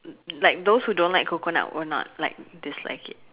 like those who don't like coconut will not like dislike it